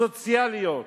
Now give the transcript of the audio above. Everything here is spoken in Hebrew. סוציאליות,